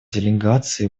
делегаций